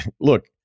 Look